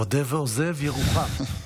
מודה ועוזב ירוחם.